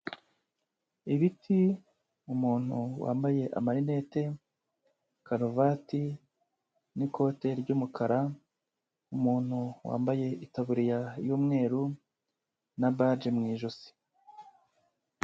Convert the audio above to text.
Ibiti, umuntu wambaye amarinete, karuvati n'ikote ry'umukara, umuntu wambaye itaburiya y'umweru na baji mu ijosi.